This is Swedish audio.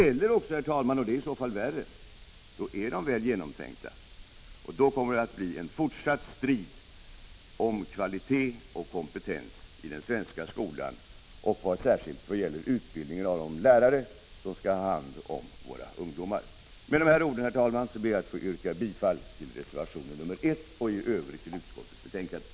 Eller också, herr talman, — vilket i så fall är värre — är de väl genomtänkta, och då kommer det att bli en fortsatt strid om kvalitet och kompetens i den svenska skolan, särskilt vad gäller utbildningen av de lärare som skall ha hand om våra ungdomar. Med dessa ord, herr talman, ber jag att få yrka bifall till reservation nr 1 och i övrigt till utskottets hemställan.